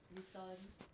written